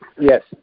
Yes